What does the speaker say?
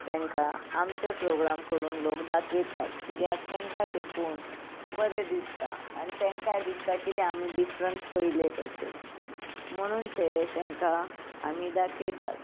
तेंकां आमचे प्रोग्राम करून लोक दाखयतात किद्याक तेंका ते पोवन बरें दिसता आनी तेंकां दिसता कितें आमी डिफरंस पयले कशें म्हणून तें तेंकां आमी दाखयतात